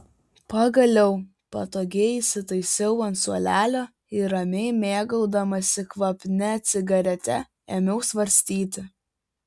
pagaliau patogiai įsitaisiau ant suolelio ir ramiai mėgaudamasi kvapnia cigarete ėmiau svarstyti